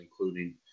including